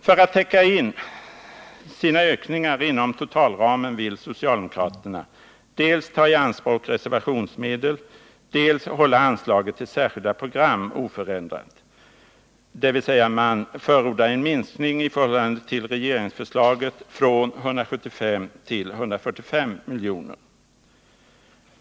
För att täcka in sina ökningar inom totalramen vill socialdemokraterna dels ta i anspråk reservationsmedel, dels hålla anslaget till Särskilda program oförändrat — dvs. man förordar en minskning i förhållande till regeringsförslaget från 175 till 145 milj.kr.